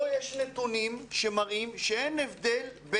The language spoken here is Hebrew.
פה יש נתונים שמראים שאין הבדל.